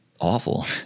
awful